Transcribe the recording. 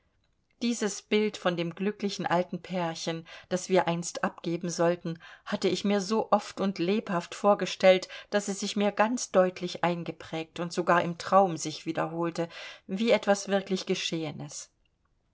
dieses bild von dem glücklichen alten pärchen das wir einst abgeben sollten hatte ich mir so oft und lebhaft vorgestellt daß es sich mir ganz deutlich eingeprägt und sogar im traum sich wiederholte wie etwas wirklich geschehenes